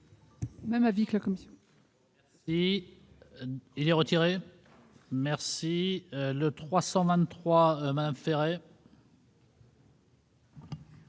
même avis que la commission